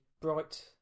Bright